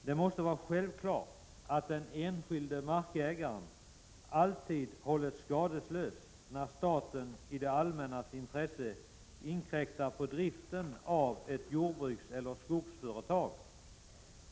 Det måste vara självklart att den enskilde markägaren alltid hålls skadeslös, när staten i det allmännas intresse inkräktar på driften av ett jordbrukseller skogsföretag.